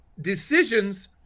decisions